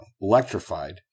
Electrified